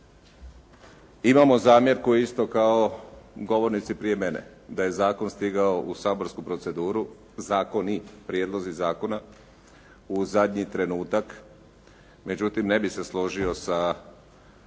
Imamo zamjerku isto kao govornici prije mene. Da je zakon stigao u saborsku proceduru, zakoni, prijedlozi zakona, u zadnji trenutak. Međutim ne bih se složio sa